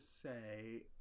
say